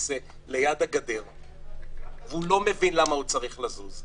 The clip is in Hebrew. בכיסא ליד הגדר והוא לא מבין למה הוא צריך לזוז.